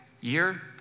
year